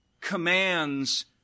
commands